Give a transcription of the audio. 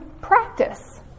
practice